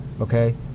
Okay